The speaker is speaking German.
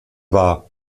war